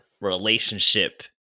relationship